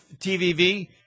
TVV